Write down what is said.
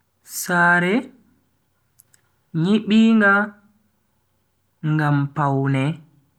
Saree nyibinga ngam pawne.